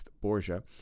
Borgia